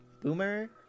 boomer